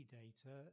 data